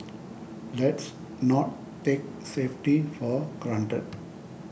let's not take safety for granted